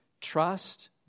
Trust